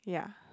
yeah